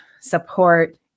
support